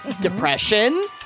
depression